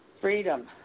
freedom